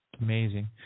Amazing